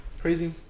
Crazy